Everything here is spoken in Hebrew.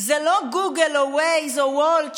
זה לא גוגל או וייז או וולט,